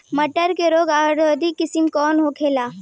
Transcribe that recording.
मटर के रोग अवरोधी किस्म कौन होला?